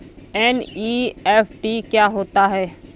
NEFT क्या होता है?